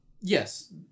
Yes